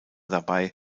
dabei